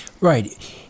Right